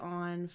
on